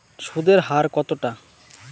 সুদের হার কতটা?